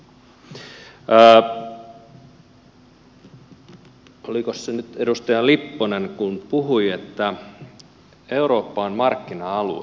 olikos se nyt edustaja lipponen kun puhui että eurooppa on markkina alue